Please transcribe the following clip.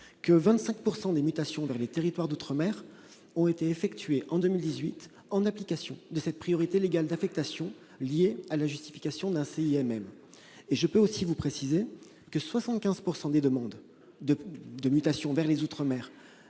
25 % des mutations vers les territoires d'outre-mer ont été effectuées en application de cette priorité légale d'affectation, liée à la justification d'un CIMM. Enfin, 75 % des demandes de mutation vers les outre-mer